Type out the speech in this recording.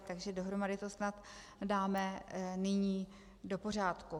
Takže dohromady to snad dáme nyní do pořádku.